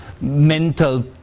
mental